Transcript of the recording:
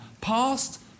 past